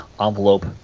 envelope